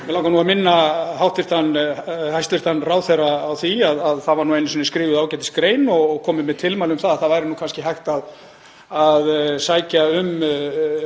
Mig langar að minna hæstv. ráðherra á að það var nú einu sinni skrifuð ágætisgrein og komið með tilmæli um að það væri kannski hægt að sækja um